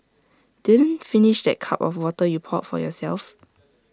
didn't finish that cup of water you poured for yourself